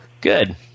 Good